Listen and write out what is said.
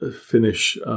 finish –